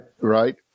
Right